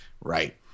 Right